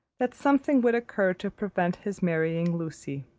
that something would occur to prevent his marrying lucy